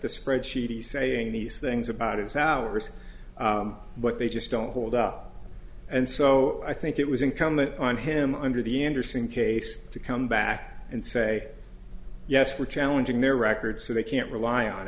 the spreadsheet is saying these things about his hours but they just don't hold up and so i think it was incumbent on him under the andersen case to come back and say yes we're challenging their record so they can't rely on